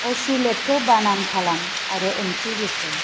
असिलेटखौ बानान खालाम आरो ओंथि बेखेव